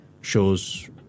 shows